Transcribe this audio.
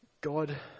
God